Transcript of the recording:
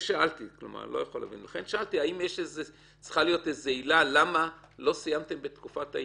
לכן שאלתי: האם צריכה להיות עילה למה לא סיימתם בתקופת ההתיישנות?